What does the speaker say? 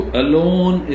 alone